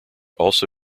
also